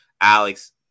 Alex